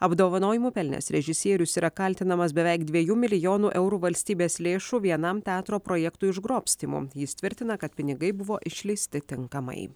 apdovanojimų pelnęs režisierius yra kaltinamas beveik dviejų milijonų eurų valstybės lėšų vienam teatro projektui išgrobstymu jis tvirtina kad pinigai buvo išleisti tinkamai